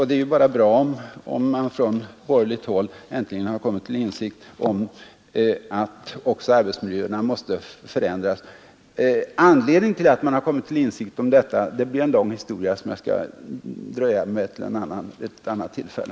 Det är ju bara bra om man från borgerligt håll äntligen har kommit till insikt om att också arbetsmiljöerna måste förändras. Men anledningen till att man har kommit till insikt om detta är en lång historia som jag skall dröja med till ett annat tillfälle.